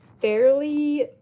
fairly